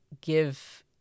give